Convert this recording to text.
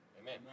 Amen